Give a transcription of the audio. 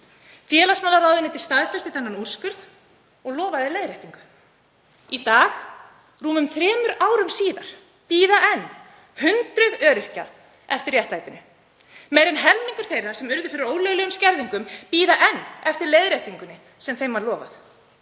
Félagsmálaráðuneytið staðfesti þennan úrskurð og lofaði leiðréttingu. Í dag, rúmum þremur árum síðar, bíða hundruð öryrkja enn eftir réttlætinu. Meira en helmingur þeirra sem urðu fyrir ólöglegum skerðingum bíða enn eftir leiðréttingunni sem þeim var lofað.